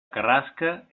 carrasca